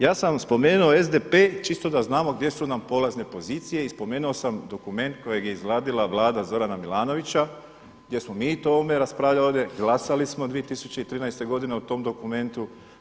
Ja sam spomenuo SDP čisto da znamo gdje su nam polazne pozicije i spomenuo sam dokument kojeg je izradila Vlada Zorana Milanovića gdje smo mi o ovome raspravljali ovdje, glasali smo 2013. godine o tom dokumentu.